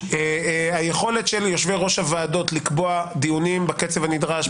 היכולת של יושבי-ראש הוועדות לקבוע דיונים בקצב הנדרש,